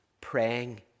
praying